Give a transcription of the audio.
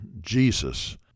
Jesus